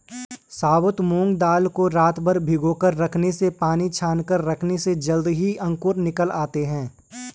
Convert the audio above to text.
साबुत मूंग दाल को रातभर भिगोकर रखने से पानी छानकर रखने से जल्दी ही अंकुर निकल आते है